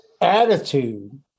attitude